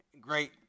great